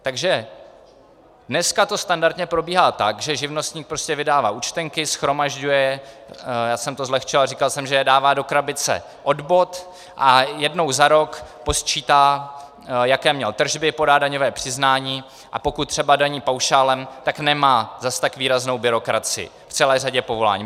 Takže dneska to standardně probíhá tak, že živnostník prostě vydává účtenky, shromažďuje je já jsem to zlehčoval, říkal jsem, že je dává do krabice od bot a jednou za rok posčítá, jaké měl tržby, podá daňové přiznání, a pokud třeba daní paušálem, tak nemá zas tak výraznou byrokracii v celé řadě povolání.